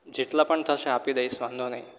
જેટલા પણ થશે આપી દઇશ વાંધો નહીં